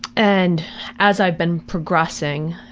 and as i've been progressing,